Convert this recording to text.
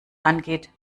angeht